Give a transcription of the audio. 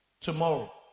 tomorrow